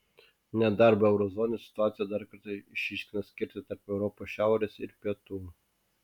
nedarbo euro zonoje situacija dar kartą išryškina skirtį tarp europos šiaurės ir pietų